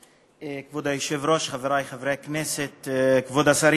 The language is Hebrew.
כבוד היושב-ראש, חברי חברי הכנסת, כבוד השרים,